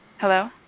Hello